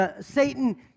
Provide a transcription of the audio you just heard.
Satan